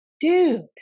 dude